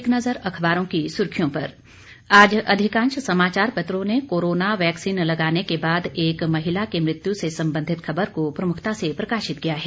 एक नजर अखबारों की सुर्खियों पर आज अधिकांश समाचार पत्रों ने कोरोना वैक्सीन लगाने के बाद एक महिला की मृत्यु से संबंधित खबर को प्रमुखता से प्रकाशित किया है